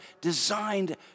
designed